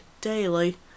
daily